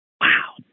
Wow